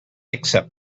accept